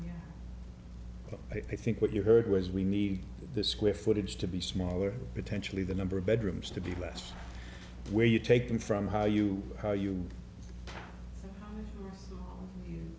i think what you heard was we need the square footage to be smaller potentially the number of bedrooms to be less where you take them from how you